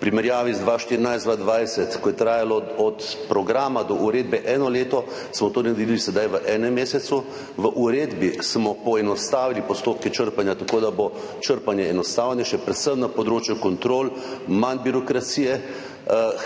primerjavi z 2014–2020, ko je trajalo od programa do uredbe eno leto, smo to naredili sedaj v enem mesecu. V uredbi smo poenostavili postopke črpanja, tako da bo črpanje enostavnejše predvsem na področju kontrol, manj bo birokracije.